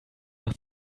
nach